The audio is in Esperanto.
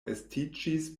estiĝis